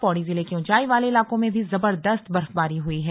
पौड़ी जिले के ऊंचाई वाले इलाकों में भी जबरदस्त बर्फबारी हुई है